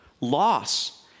loss